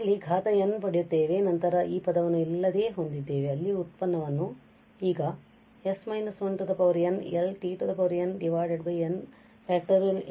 ಆದ್ದರಿಂದ ನಾವು ಇಲ್ಲಿ ಘಾತ n ಪಡೆಯುತ್ತೇವೆ ಮತ್ತು ನಂತರ ನಾವು ಈ ಪದವನ್ನು ಇಲ್ಲದೆ ಹೊಂದಿದ್ದೇವೆ ಅಲ್ಲಿಯ ವ್ಯುತ್ಪನ್ನವನ್ನು ಈಗs−1 n Lt n n